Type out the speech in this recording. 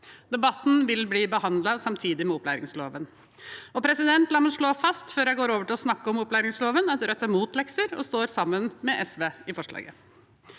brev. Forslaget behandles nå samtidig med opplæringsloven. La meg slå fast før jeg går over til å snakke om opplæringsloven, at Rødt er mot lekser og står sammen med SV om forslaget.